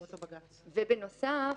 בנוסף,